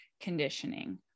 conditioning